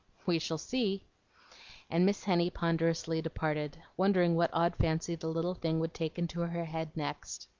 we shall see and miss henny ponderously departed, wondering what odd fancy the little thing would take into her head next.